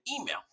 email